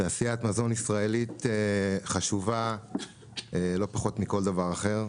מזון ישראלית חשובה לא פחות מכל דבר אחר.